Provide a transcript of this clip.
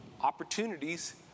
opportunities